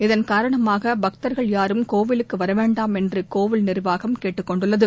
இதன் காரணமாக பக்தர்கள் யாரும் கோவிலுக்கு வரவேண்டாம் என்று கோவில் நிர்வாகம் கேட்டுக் கொண்டுள்ளது